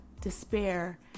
despair